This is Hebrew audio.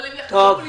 אבל הם יחזרו ולבעוט.